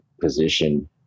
position